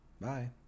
Bye